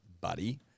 buddy